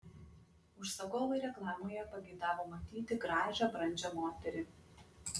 užsakovai reklamoje pageidavo matyti gražią brandžią moterį